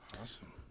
Awesome